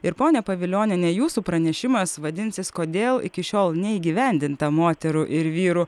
ir ponia pavilioniene jūsų pranešimas vadinsis kodėl iki šiol neįgyvendinta moterų ir vyrų